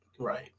Right